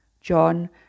John